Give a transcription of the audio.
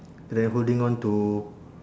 and then holding on to